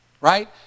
Right